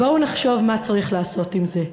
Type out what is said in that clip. בואו נחשוב מה צריך לעשות עם זה,